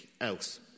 else